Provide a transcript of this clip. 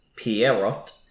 Pierrot